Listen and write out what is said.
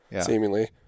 seemingly